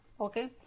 okay